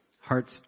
hearts